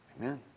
Amen